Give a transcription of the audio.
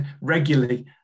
regularly